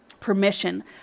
Permission